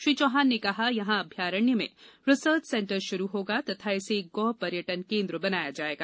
श्री चौहान ने कहा यहाँ अभ्यारण्य में रिसर्च सेंटर शुरू होगा तथा इसे गौ पर्यटन केन्द्र बनाया जाएगा